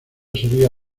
sería